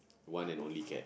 one and only cat